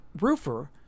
roofer